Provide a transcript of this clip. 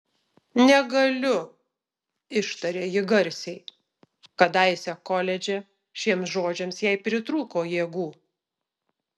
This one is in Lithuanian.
negaliu ištarė ji garsiai kadaise koledže šiems žodžiams jai pritrūko jėgų